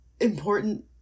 important